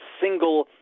single